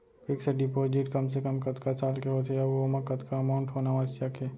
Fix deposit कम से कम कतका साल के होथे ऊ ओमा कतका अमाउंट होना आवश्यक हे?